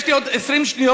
יש לי עוד 20 שניות.